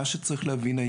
מה שצריך להבין,